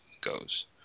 goes